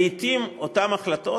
שלעתים אותן החלטות,